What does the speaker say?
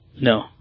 No